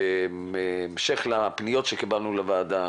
בהמשך לפניות שקיבלנו בוועדה,